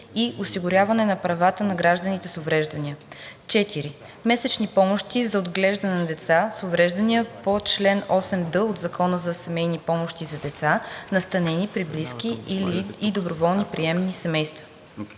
и осигуряване на правата на гражданите с увреждания; 4. месечни помощи за отглеждане на деца с увреждания по чл. 8д от Закона за семейни помощи за деца, настанени при близки и доброволни приемни семейства;